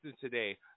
today